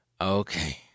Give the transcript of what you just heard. Okay